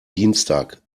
dienstag